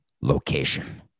location